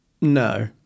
No